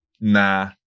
nah